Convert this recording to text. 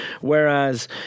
Whereas